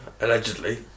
allegedly